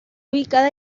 ubicada